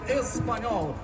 espanhol